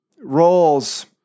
roles